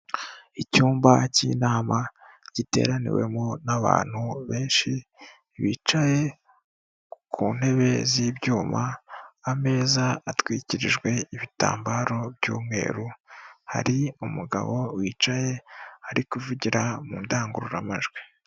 Icyumba k'inama giteraniwemo n'abantu benshi bicaye ku ntebe z'ibyuma, ameza atwikirijwe ibitambaro by'umweru, hari umugabo wicaye ari kuvugira mu ndangururamajwi.